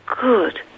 good